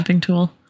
tool